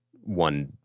one